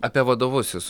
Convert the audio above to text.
apie vadovus jūs